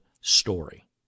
story